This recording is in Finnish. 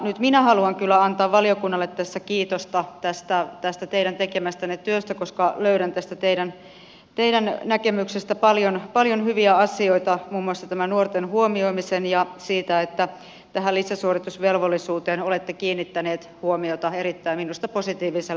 nyt minä haluan kyllä antaa valiokunnalle tässä kiitosta tästä teidän tekemästänne työstä koska löydän tästä teidän näkemyksestänne paljon hyviä asioita muun muassa nuorten huomioimisen ja siitä että tähän lisäsuoritusvelvollisuuteen olette kiinnittäneet huomiota minusta erittäin positiivisella tavalla